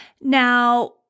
Now